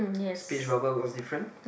speech bubble was different